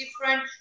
different